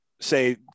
say